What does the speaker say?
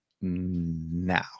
now